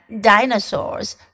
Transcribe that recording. dinosaurs